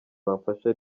bamfasha